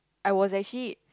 I was actually